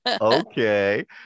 okay